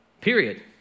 Period